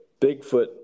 Bigfoot